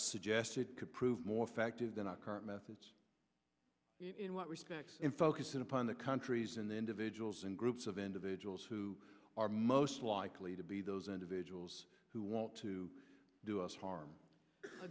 suggested could prove more effective than our current methods in what respect in focusing upon the countries and the end of a jewels and groups of individuals who are most likely to be those individuals who want to do us harm